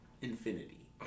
Infinity